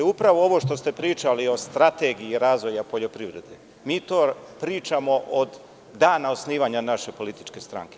Upravo ovo što ste pričali o strategiji razvoja poljoprivrede, mi to pričamo od dana osnivanja naše političke stranke.